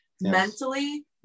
mentally